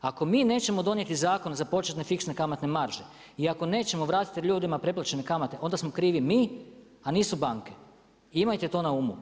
Ako mi nećemo donijeti zakon za početne fiksne kamatne marže i ako nećemo vratiti ljudima preplaćene kamate onda smo krivi mi a nisu banke i imajte to na umu.